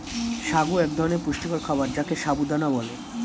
সাগু এক ধরনের পুষ্টিকর খাবার যাকে সাবু দানা বলে